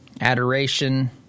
adoration